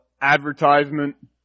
advertisement